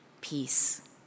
peace